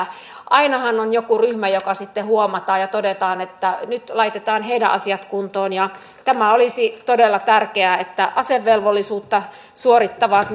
ainahan on joku ryhmä joka sitten huomataan ja todetaan että nyt laitetaan heidän asiansa kuntoon olisi todella tärkeää että asevelvollisuutta suorittavat